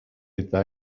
eta